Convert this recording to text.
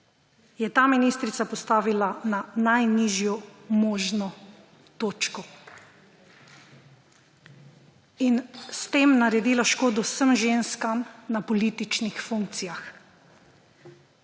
je ta ministrica postavila na najnižjo možno točko in s tem naredila škodo vsem ženskam na političnih funkcijah.